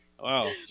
Wow